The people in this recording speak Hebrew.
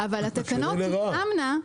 זה שינוי לרעה.